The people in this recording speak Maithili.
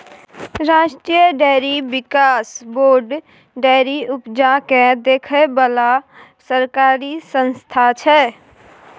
राष्ट्रीय डेयरी बिकास बोर्ड डेयरी उपजा केँ देखै बला सरकारी संस्था छै